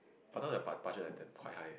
but now the bud~ budget like damn quite high